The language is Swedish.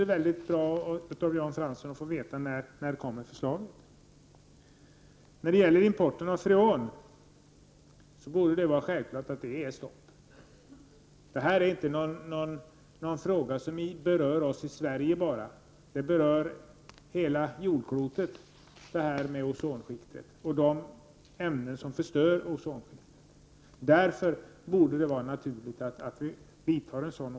Det vore dock, som sagt, bra att få veta när förslaget kommer, Jan Fransson. När det gäller importen av freonprodukter borde ett stopp vara en självklarhet. Frågan om ozonskiktet och de ämnen som förstör detta berör inte bara oss i Sverige utan alla på det här jordklotet. Därför borde det vara naturligt att förbjuda import av freonprodukter.